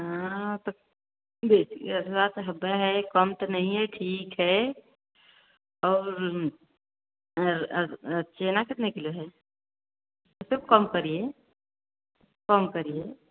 हाँ तो कम तो चाहिए ठीक है और छेना कितने किलो है यह तो कम करिए कम करिए